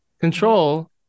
control